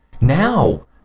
Now